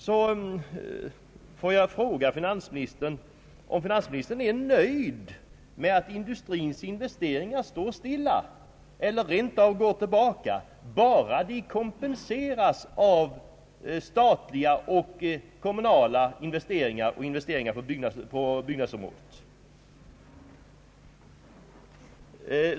Låt mig fråga finansministern: Är finansministern nöjd med att industrins investeringar står stilla eller rent av går tillbaka bara de kompenseras av statliga och kommunala investeringar eller av investeringar på byggnadsområdet?